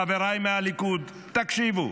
חבריי מהליכוד, תקשיבו,